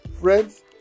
Friends